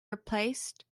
replaced